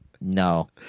No